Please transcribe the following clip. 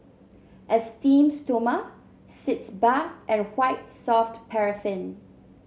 Esteem Stoma Sitz Bath and White Soft Paraffin